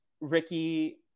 Ricky